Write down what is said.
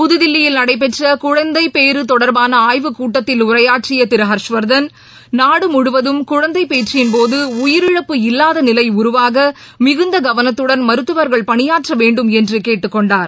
புதுதில்லியில் நடைபெற்ற குழந்தைபேறு தொடர்பான ஆய்வுக்கூட்டத்தில் உரையாற்றிய திரு ஹர்ஷ்வர்தன் நாடு முழுவதும் குழந்தைபேற்றின்போது உயிரிழப்பு இல்லாத நிலை உருவாக மிகுந்த கவனத்துடன் மருத்துவர்கள் பணியாற்றவேண்டும் என்று கேட்டுக்கொண்டார்